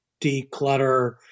declutter